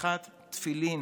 הנחת תפילין.